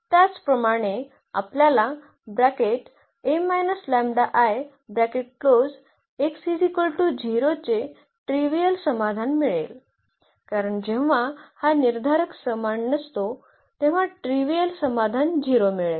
त्याप्रमाणे आपल्याला चे ट्रीवियल समाधान मिळेल कारण जेव्हा हा निर्धारक समान नसतो तेव्हा ट्रीवियल समाधान 0 मिळेल